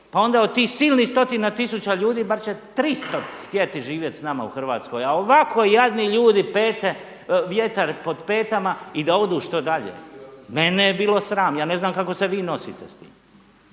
Pa onda od tih silnih stotina tisuća ljudi bar će tristo htjeti živjeti s nama u Hrvatskoj. A ovako jadni ljudi vjetar pod petama i da odu što dalje. Mene je bilo sram, ja ne znam kako se vi nosite s tim.